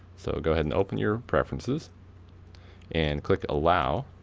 so go ahead and open your prefrences and click allow.